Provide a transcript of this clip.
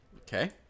Okay